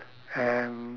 and